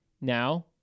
now